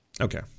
Okay